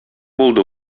булды